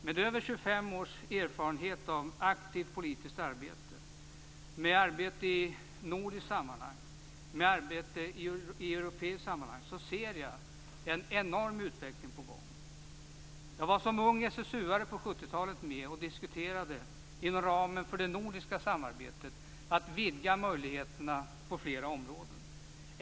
Med över 25 års erfarenhet av aktivt politiskt arbete, med arbete i nordiskt sammanhang och med arbete i europeiskt sammanhang, ser jag en enorm utveckling på gång. Jag var som ung SSU:are på 70-talet med inom ramen för det nordiska samarbetet och diskuterade vidgade möjligheter på flera områden.